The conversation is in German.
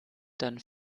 dann